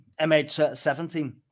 MH17